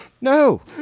No